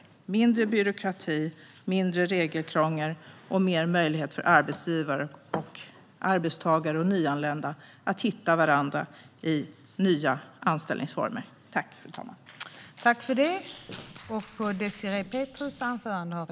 Det behövs mindre byråkrati, mindre regelkrångel och fler möjligheter för arbetsgivare, arbetstagare och nyanlända att hitta varandra i nya anställningsformer.